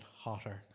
hotter